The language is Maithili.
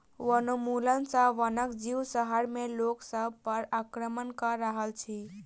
वनोन्मूलन सॅ वनक जीव शहर में लोक सभ पर आक्रमण कअ रहल अछि